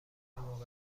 موقع